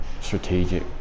strategic